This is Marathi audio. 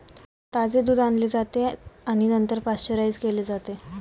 ताजे दूध आणले जाते आणि नंतर पाश्चराइज केले जाते